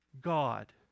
God